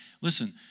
listen